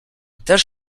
też